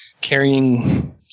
carrying